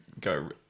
go